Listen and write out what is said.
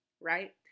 right